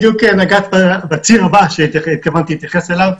בדיוק נגעת בציר הבא שהתכוונתי להתייחס אליו,